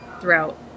throughout